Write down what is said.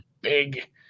big